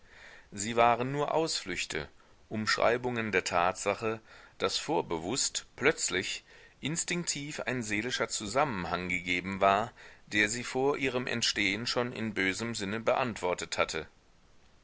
sie waren nur ausflüchte umschreibungen der tatsache daß vorbewußt plötzlich instinktiv ein seelischer zusammenhang gegeben war der sie vor ihrem entstehen schon in bösem sinne beantwortet hatte